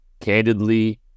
Candidly